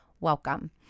Welcome